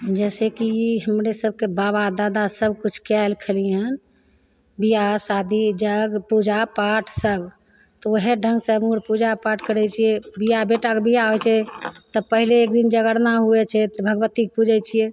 जैसे कि हमरे सबके बाबा दादा सब किछु कए अयलखनि हन बिआह शादी यज्ञ पूजा पाठ सब तऽ ओएह आर ढङ्गसँ हमहुँ आर पूजा पाठ करय छियै बिआह बेटाके बिआह होइ छै तऽ पहिले एक दिन जगरणा हुवै छै तऽ भगवत्तीके पूजय छियै